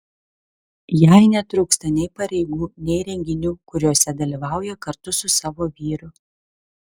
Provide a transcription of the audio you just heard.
jai netrūksta nei pareigų nei renginių kuriuose dalyvauja kartu su savo vyru